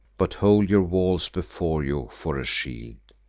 but hold your walls before you for a shield.